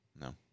No